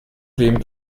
wem